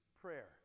prayer